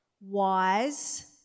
wise